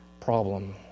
problem